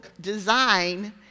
design